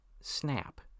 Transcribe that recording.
Snap